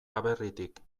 aberritik